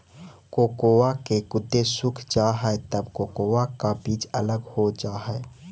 cocoa के गुदे सूख जा हई तब कोकोआ का बीज अलग हो जा हई